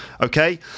Okay